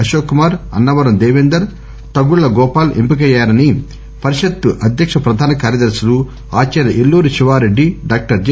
అశోక్ కుమార్ అన్సవరం దేపేందర్ తగుళ్ల గోపాల్ ఎంపికయ్యాయని పరిషత్ అధ్యక ప్రధాన కార్యదర్శులు ఆచార్య ఎల్లూరి శివారెడ్డి డాక్టర్ జె